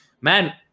man